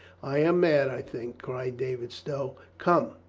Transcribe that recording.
i am mad, i think, cried david stow. come,